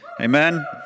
Amen